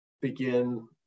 begin